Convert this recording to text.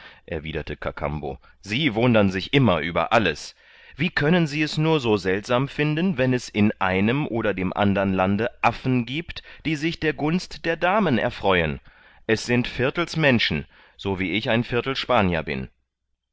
erwiderte kakambo sie wundern sich immer über alles wie können sie es nur so seltsam finden wenn es in einem oder dem andern lande affen giebt die sich der gunst der damen erfreuen es sind viertelsmenschen so wie ich ein viertelsspanier bin